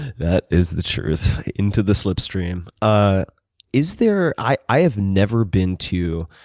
that is the truth. into the slipstream. ah is there i i have never been to